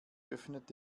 öffnet